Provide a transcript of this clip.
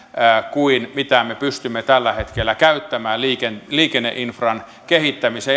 kuin mitä me pystymme tällä hetkellä käyttämään liikenneinfran kehittämiseen